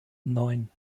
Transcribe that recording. neun